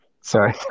Sorry